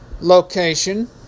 location